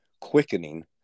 quickening